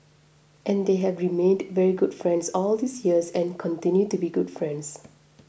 and they have remained very good friends all these years and continue to be good friends